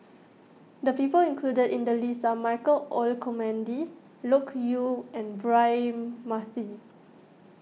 the people included in the list are Michael Olcomendy Loke Yew and Braema Mathi